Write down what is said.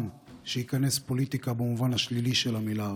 שתיכנס פוליטיקה במובן השלילי של המילה,